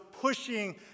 pushing